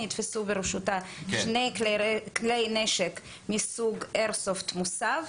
נתפסו ברשותה שני כלי נשק מסוג איירסופט מוסב.